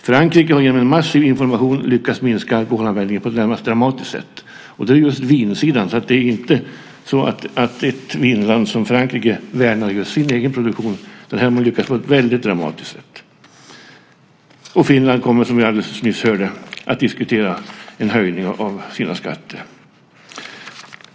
Frankrike har genom en massiv information lyckats minska alkoholanvändningen på ett närmast dramatiskt sätt, och det på vinsidan. Det är alltså inte så att ett vinland som Frankrike värnar sin egen produktion. Där har man lyckats att minska dramatiskt. Finland kommer, som vi alldeles nyss hörde, att diskutera en höjning av sina skatter.